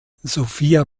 sophia